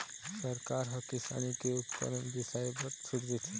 सरकार ह किसानी के उपकरन बिसाए बर छूट देथे